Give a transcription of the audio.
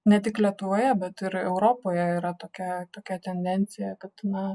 ne tik lietuvoje bet ir europoje yra tokia tokia tendencija kad na